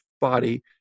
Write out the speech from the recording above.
body